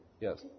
Yes